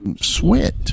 sweat